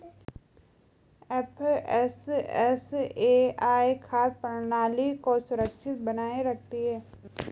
FSSAI खाद्य प्रणाली को सुरक्षित बनाए रखती है